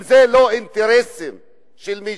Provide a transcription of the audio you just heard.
אם זה לא אינטרסים של מישהו.